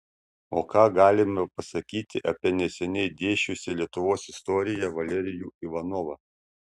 o ką galime pasakyti apie neseniai dėsčiusį lietuvos istoriją valerijų ivanovą